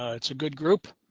ah it's a good group.